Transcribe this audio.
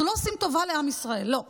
אנחנו לא עושים טובה לעם ישראל, לא.